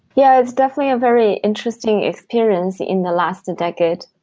yeah, it's definitely a very interesting experience in the last decade.